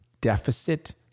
deficit